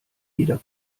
jeder